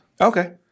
Okay